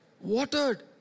watered